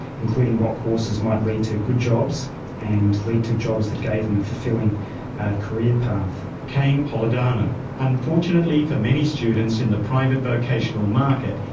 including what courses might lead to good jobs and lead to jobs that gave them a fulfilling career path. cain polidano. unfortunately for many students in the private vocational market,